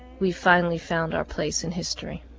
we finally found our place in history.